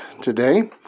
today